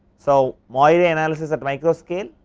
so, moire and analysis at micro scale,